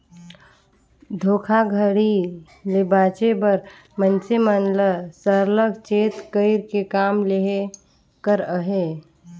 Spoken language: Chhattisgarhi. धोखाघड़ी ले बाचे बर मइनसे मन ल सरलग चेत कइर के काम लेहे कर अहे